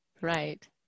Right